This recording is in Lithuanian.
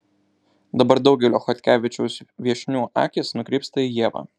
dabar daugelio chodkevičiaus viešnių akys nukrypsta į ievą